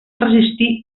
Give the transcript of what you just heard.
resistir